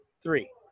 three